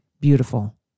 beautiful